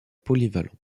polyvalent